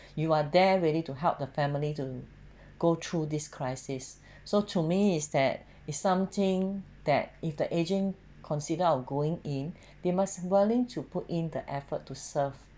you are there ready to help the family to go through this crisis so to me is that is something that if the agent consider of going in they must willing to put in the effort to serve